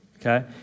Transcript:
okay